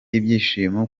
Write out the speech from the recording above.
ibyishimo